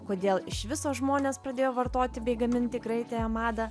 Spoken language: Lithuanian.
kodėl iš viso žmonės pradėjo vartoti bei gaminti greitąją madą